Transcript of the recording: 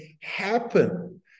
happen